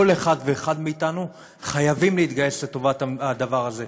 כל אחד ואחד מאתנו חייבים להתגייס לטובת הדבר הזה.